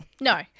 No